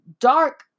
dark